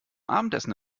abendessen